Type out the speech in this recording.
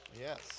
Yes